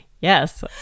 Yes